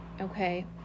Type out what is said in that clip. Okay